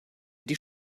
die